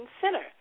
Center